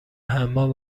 حمام